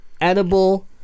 edible